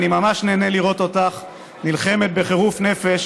אני ממש נהנה לראות אותך נלחמת בחירוף נפש